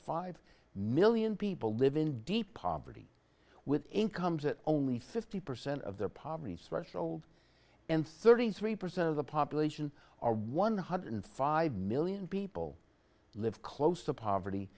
thousand people live in deep poverty with incomes at only fifty percent of their poverty threshold and thirty three percent of the population are one hundred and five million people live close to poverty